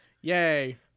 Yay